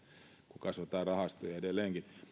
kun kasvatetaan rahastoja edelleenkin